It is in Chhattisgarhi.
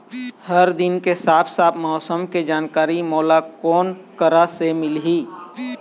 हर दिन के साफ साफ मौसम के जानकारी मोला कोन करा से मिलही?